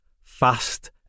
Fast